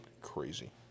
Crazy